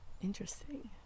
interesting